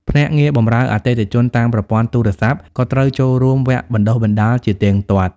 ភ្នាក់ងារបម្រើអតិថិជនតាមប្រព័ន្ធទូរស័ព្ទ ក៏ត្រូវចូលរួមវគ្គបណ្ដុះបណ្ដាលជាទៀងទាត់។